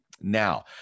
now